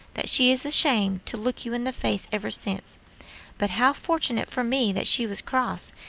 that she is ashamed to look you in the face ever since but how fortunate for me that she was cross,